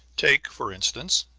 take, for instance,